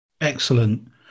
excellent